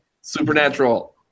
supernatural